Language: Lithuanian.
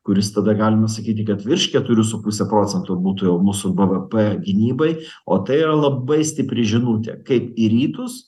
kuris tada galima sakyti kad virš keturių su puse procento būtų jau mūsų bvp gynybai o tai yra labai stipri žinutė kaip į rytus